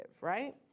Right